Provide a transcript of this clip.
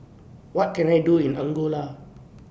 What Can I Do in Angola